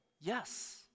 yes